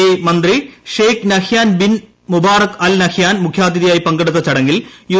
E മന്ത്രി Sheikh Nahyan bin Mubarak Al Nahyan മൂഖ്യാതിഥിയായി പങ്കെടുത്ത ചടങ്ങിൽ യു